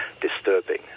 disturbing